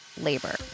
labor